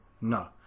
No